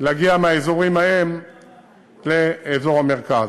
להגיע מהאזורים ההם לאזור המרכז.